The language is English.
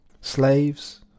Slaves